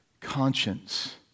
conscience